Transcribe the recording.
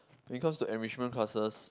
because to enrichment classes